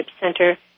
Center